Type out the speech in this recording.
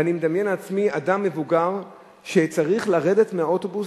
ואני מדמיין לעצמי אדם מבוגר שצריך לרדת מהאוטובוס.